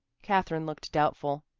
katherine looked doubtful.